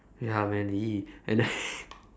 ya man !ee! and then